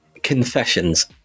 confessions